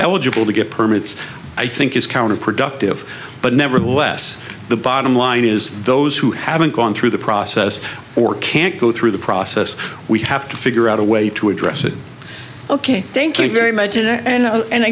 eligible to get permits i think is counterproductive but nevertheless the bottom line is those who haven't gone through the process or can't go through the process we have to figure out a way to address it ok thank you very much and